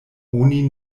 oni